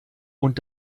und